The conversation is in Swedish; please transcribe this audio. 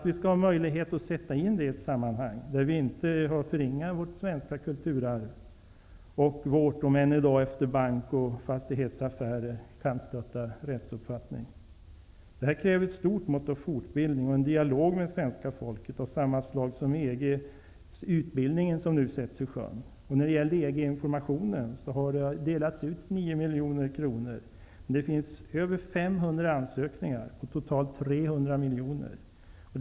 Vi skall ha möjlighet att sätta in detta i ett sammanhang där vi inte har förringat vårt svenska kulturarv och vår, om än i dag efter bank och fastighetsaffärer kantstötta, rättsuppfattning. Det kräver ett stort mått av fortbildning och dialog med svenska folket av samma slag som i den EG utbildning som nu sätts i sjön. När det gäller EG informationen har det delats ut 9 miljoner kronor, men det finns över 500 ansökningar på totalt 300 miljoner kronor.